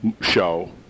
show